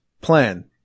plan